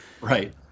right